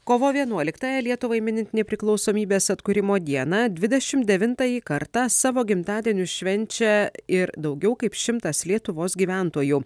kovo vienuoliktąją lietuvai minint nepriklausomybės atkūrimo dieną dvidešim devintąjį kartą savo gimtadienius švenčia ir daugiau kaip šimtas lietuvos gyventojų